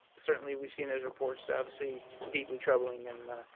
certainly, we've seen those reports. they're obviously deeply troubling, and,